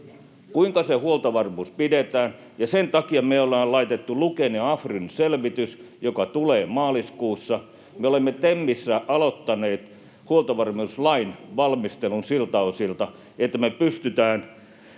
kuinka se huoltovarmuus pidetään. Sen takia me ollaan aloitettu Luken ja AFRYn selvitys, joka tulee maaliskuussa. Me olemme TEMissä aloittaneet huoltovarmuuslain valmistelun siltä osin, että me pystytään